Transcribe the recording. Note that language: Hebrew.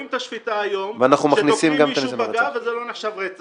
ואנחנו מכניסים גם ניסיון לרצח.